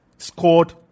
scored